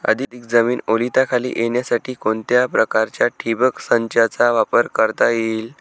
अधिक जमीन ओलिताखाली येण्यासाठी कोणत्या प्रकारच्या ठिबक संचाचा वापर करता येईल?